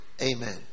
Amen